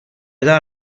دار